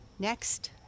Next